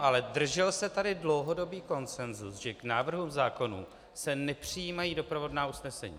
Ale držel se tady dlouhodobý konsenzus, že k návrhům zákonů se nepřijímají doprovodná usnesení.